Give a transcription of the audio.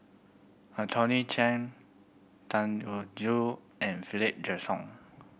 Anthony Chen Tan Joo and Philip Jackson